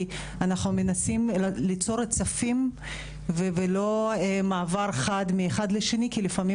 אנחנו מנסים ליצור רצפים ולא מעבר חד מאחד לשני כי לפעמים